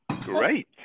Great